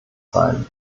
sein